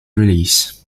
release